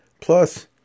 plus